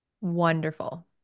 Wonderful